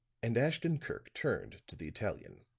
and ashton-kirk turned to the italian.